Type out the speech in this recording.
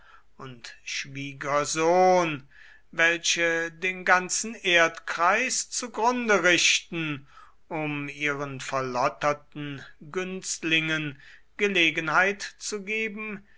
und schwiegersohn welche den ganzen erdkreis zugrunde richten um ihren verlotterten günstlingen gelegenheit zu geben